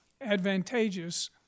advantageous